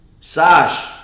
Sash